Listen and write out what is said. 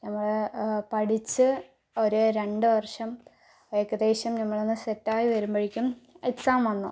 നമ്മൾ പഠിച്ച് ഒരു രണ്ടുവർഷം ഏകദേശം നമ്മൾ ഒന്ന് സെറ്റായി വരുമ്പോഴേക്കും എക്സാം വന്നു